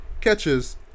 catches